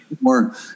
More